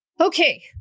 Okay